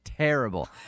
Terrible